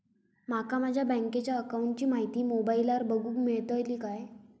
माका माझ्या बँकेच्या अकाऊंटची माहिती मोबाईलार बगुक मेळतली काय?